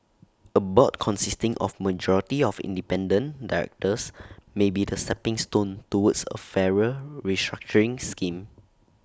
A board consisting of majority of independent directors may be the stepping stone towards A fairer restructuring scheme